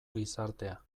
gizartea